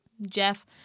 Jeff